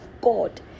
God